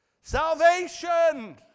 Salvation